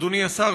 אדוני השר,